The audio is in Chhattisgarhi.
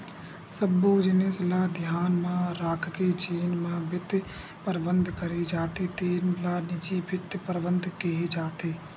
सब्बो जिनिस ल धियान म राखके जेन म बित्त परबंध करे जाथे तेन ल निजी बित्त परबंध केहे जाथे